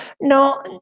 No